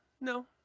no